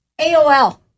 AOL